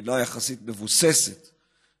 כמדינה מבוססת יחסית,